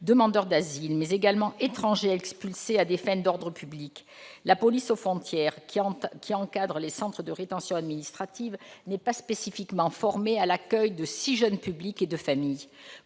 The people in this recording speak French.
demandeurs d'asile, mais également étrangers expulsés à des fins d'ordre public. La police aux frontières, qui encadre les centres de rétention administrative, n'est pas spécifiquement formée à l'accueil de si jeunes publics et de familles.